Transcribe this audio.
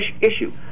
issue